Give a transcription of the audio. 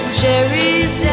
cherries